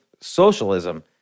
socialism